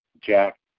jack